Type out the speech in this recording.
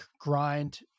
grind